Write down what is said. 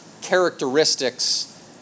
characteristics